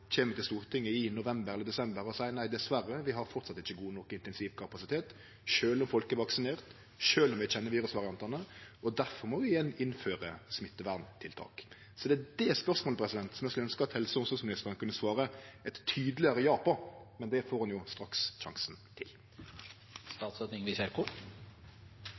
kjem til Stortinget i november eller desember og seier at vi dessverre fortsatt ikkje har god nok intensivkapasitet, sjølv om folk er vaksinerte, sjølv om vi kjenner virusvariantane, og difor må vi igjen innføre smitteverntiltak. Det er det spørsmålet eg skulle ønskje at helse- og omsorgsministeren kunne svare eit tydelegare ja på, og det får ho straks sjansen